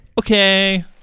Okay